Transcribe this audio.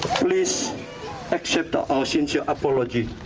please accept our ah sincere apology.